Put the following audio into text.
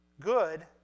good